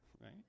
right